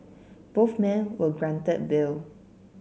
both men were granted bail